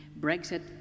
Brexit